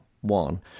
one